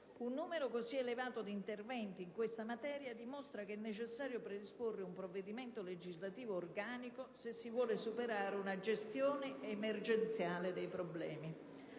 Un numero così elevato di interventi in materia dimostra che è necessario predisporre un provvedimento legislativo organico, se si vuole superare una gestione emergenziale dei problemi.